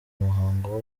muhango